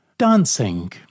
Dancing